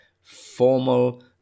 formal